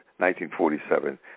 1947